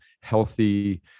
healthy